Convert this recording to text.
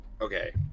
Okay